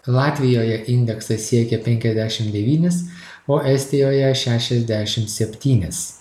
latvijoje indeksas siekia penkiasdešim devynis o estijoje šešiasdešim septynis